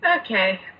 Okay